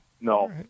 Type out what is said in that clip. no